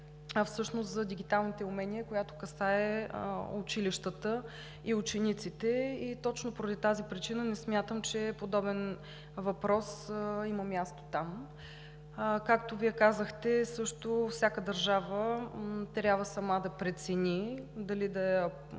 всъщност за дигиталните умения, която касае училищата и учениците, и точно поради тази причина не смятам, че подобен въпрос има място там. Както Вие казахте, също всяка държава трябва сама да прецени дали да я